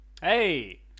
Hey